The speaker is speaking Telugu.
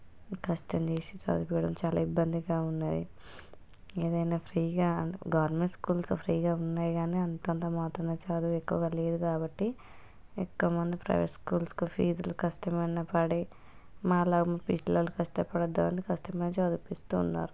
కష్టం చేసి చదివించడం చాలా ఇబ్బందిగా ఉన్నది ఏదైనా ఫ్రీగా గవర్నమెంట్ స్కూల్స్లో ఫ్రీగా ఉన్నాయి కానీ అంతంత మాత్రమే చదువు ఎక్కువగా లేదు కాబట్టి ఇక్కడ మన ప్రైవేట్ స్కూల్స్కు ఫీజులు కష్టమైనా పడి మా లాగా మా పిల్లలు కష్టపడద్దని కష్టమైనా చదివిపిస్తూ ఉన్నారు